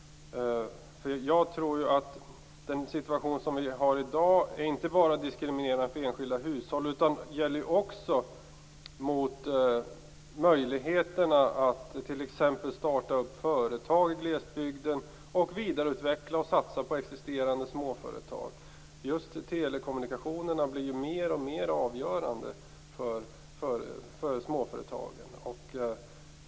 Den situation som vi har i dag är inte bara diskriminerande för enskilda hushåll utan det handlar också om möjligheterna att t.ex. starta företag i glesbygden och vidareutveckla och satsa på existerande småföretag. Just telekommunikationerna blir ju mer och mer avgörande för småföretagen.